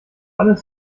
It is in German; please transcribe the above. alles